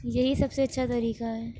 یہی سب سے اچھا طریقہ ہے